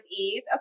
ease